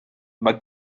mae